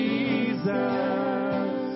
Jesus